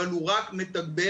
אבל הוא רק מתגבר.